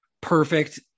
perfect